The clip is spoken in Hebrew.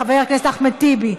חבר הכנסת אחמד טיבי,